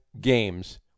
games